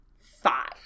five